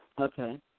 Okay